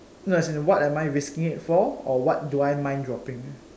no as in what am I risking it for or what do I mind dropping